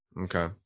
okay